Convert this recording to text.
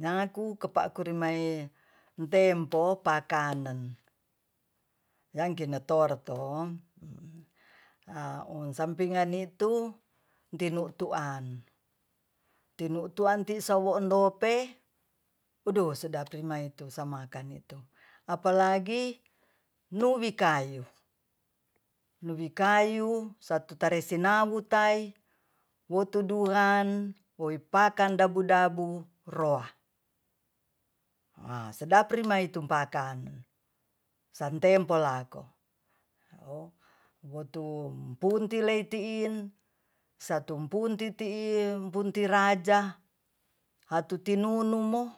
Nyaku kepakuri mae tempo pakanen yangkinetoreto sampingan nitu tinutuan tinutuan ti sowo endope odo sedap remai itu sa makan itu apalagi nubi kayu nubi kayu satu tare sinabui tai wotuduran woipakan dabu-dabu roa ah sedap rimai itu pakan santempo lako wotu punti lei tiin satu punti tiin punti raja satu tinunumo